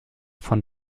von